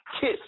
KISS